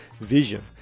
vision